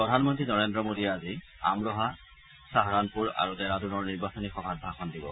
প্ৰধানমন্ত্ৰী নৰেন্দ্ৰ মোদীয়ে আজি আমৰোহা ছাহাৰাণপুৰ আৰু ডেৰাডুনৰ নিৰ্বাচনী সভাত ভাষণ দিব